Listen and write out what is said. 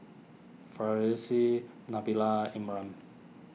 Farish Nabila Imran